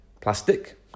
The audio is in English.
Plastic